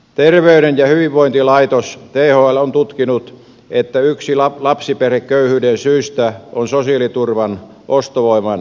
terveyden ja hyvinvoinnin laitos thl on tutkinut että yksi lapsiperheköyhyyden syistä on sosiaaliturvan ostovoiman jälkeenjääneisyys